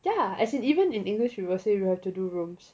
ya as in even in english you will say you have to do rooms